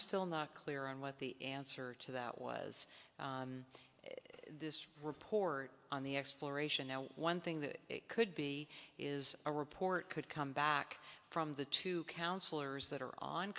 still not clear on what the answer to that was is this report on the exploration one thing that could be is a report could come back from the two counselors that are on